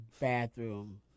bathroom